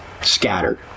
scattered